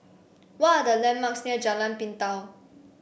what are the landmarks near Jalan Pintau